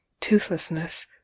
toothlessness